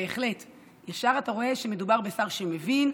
ישר אתה רואה שמדובר בשר שמבין,